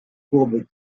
courbes